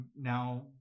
now